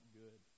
good